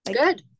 good